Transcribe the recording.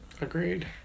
Agreed